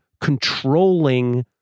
controlling